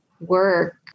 work